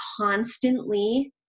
constantly